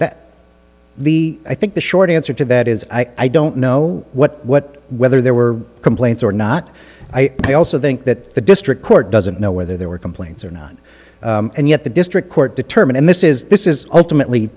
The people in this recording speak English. that the i think the short answer to that is i don't know what what whether there were complaints or not i also think that the district court doesn't know whether there were complaints or not and yet the district court determined this is this is ultimately